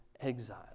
exile